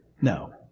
No